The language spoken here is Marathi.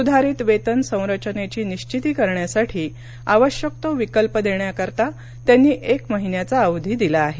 सुधारित वेतन संरचनेची निश्विती करण्यासाठी आवश्यक तो विकल्प देण्याकरता त्यांनी एक महिन्याचा अवधी दिला आहे